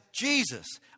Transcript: Jesus